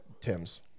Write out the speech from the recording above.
Tim's